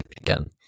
again